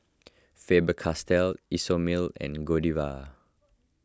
Faber Castell Isomil and Godiva